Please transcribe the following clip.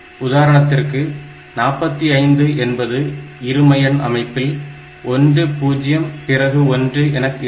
உதாரணத்திற்கு 45 என்பது இரும எண் அமைப்பில் 1 0 பிறகு 1 என இருக்கும்